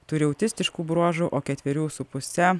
turi autistiškų bruožų o ketverių su puse